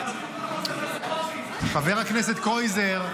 ------ חבר הכנסת קרויזר,